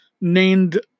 named